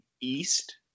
East